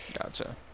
Gotcha